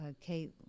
Kate